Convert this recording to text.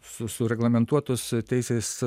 su sureglamentuotus teisės